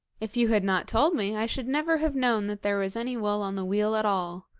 if you had not told me i should never have known that there was any wool on the wheel at all.